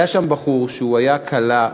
היה שם בחור שהיה קלע.